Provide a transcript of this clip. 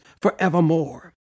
forevermore